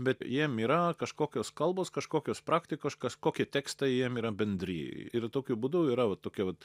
bet jiem yra kažkokios kalbos kažkokios praktikos kažkokie tekstai jiem yra bendri ir tokiu būdu yra va tokia vat